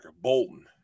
Bolton